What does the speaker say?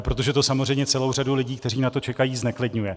Protože to samozřejmě celou řadu lidí, kteří na to čekají, zneklidňuje.